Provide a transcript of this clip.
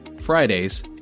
Fridays